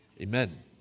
amen